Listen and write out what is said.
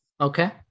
Okay